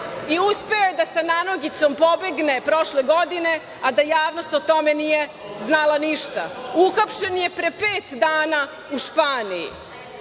i uspeo je da sa nanogicom pobegne prošle godine, a da javnost o tome nije znala ništa. Uhapšen je pre pet dana u Španiji.